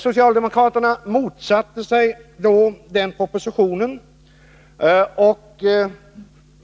Socialdemokraterna motsatte sig då den propositionen.